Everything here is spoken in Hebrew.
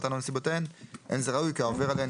חומרתן או נסיבותיהן אין זה ראוי כי העובר עליהן